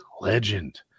legend